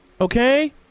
okay